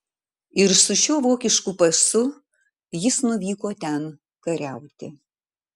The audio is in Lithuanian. ir su šiuo vokišku pasu jis nuvyko ten kariauti